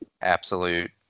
absolute